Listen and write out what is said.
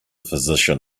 physician